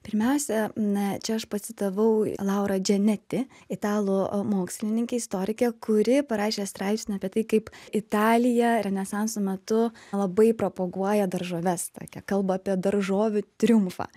pirmiausia na čia aš pacitavau laurą dženeti italų mokslininkė istorikė kuri parašė straipsnį apie tai kaip italija renesanso metu labai propaguoja daržoves tokia kalba apie daržovių triumfą